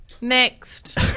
Next